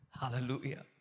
Hallelujah